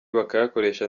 bakayakoresha